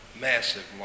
massive